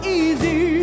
easy